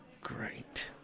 Great